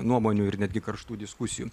nuomonių ir netgi karštų diskusijų